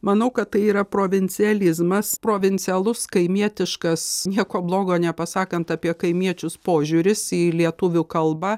manau kad tai yra provincializmas provincialus kaimietiškas nieko blogo nepasakant apie kaimiečius požiūris į lietuvių kalbą